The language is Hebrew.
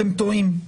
אתם טועים.